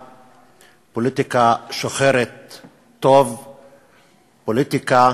רוברט, יקירי,